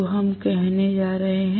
तो हम कहने जा रहे हैं